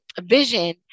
vision